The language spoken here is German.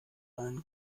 einen